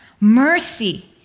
mercy